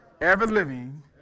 ever-living